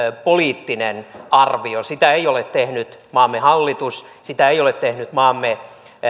poliittinen arvio sitä ei ole tehnyt maamme hallitus sitä eivät ole tehneet maamme